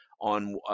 on